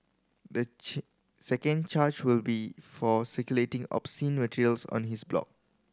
the chain second charge will be for circulating obscene materials on his blog